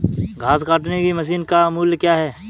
घास काटने की मशीन का मूल्य क्या है?